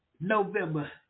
November